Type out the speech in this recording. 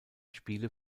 spiele